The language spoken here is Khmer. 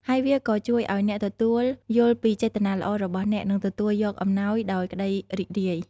ហើយវាក៏ជួយឲ្យអ្នកទទួល យល់ពីចេតនាល្អរបស់អ្នក និងទទួលយកអំណោយដោយក្ដីរីករាយ។